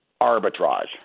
arbitrage